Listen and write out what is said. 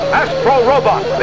astro-robot